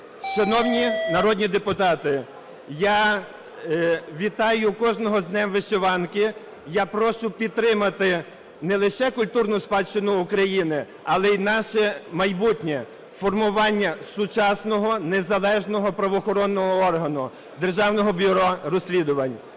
Шановні народні депутати, я вітаю кожного з Днем вишиванки. Я прошу підтримати не лише культурну спадщину України, але і наше майбутнє, формування сучасного, незалежного правоохоронного органу – Державного бюро розслідувань.